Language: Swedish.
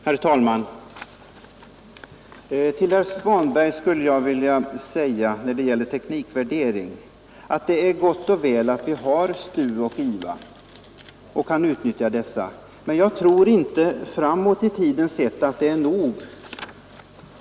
Herr talman! Till herr Svanberg skulle jag vilja säga när det gäller teknikvärdering att det är gott och väl att vi kan utnyttja STU och IVA, men jag tror inte att detta är nog i framtiden.